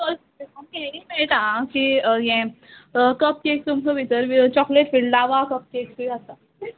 चल आमकां ये बी मेळटा की हे कप केक्स तुमचो भितर चॉकलेट फिल्ड लावां कप केक्स बी आसता